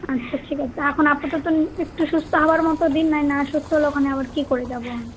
আচ্ছা ঠিক আছে এখন আপাতত নিই একটু সুস্থ হবার মতো দিন না না সুস্থ হলে ওখানে আবার কী করে যাবো আমি